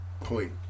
point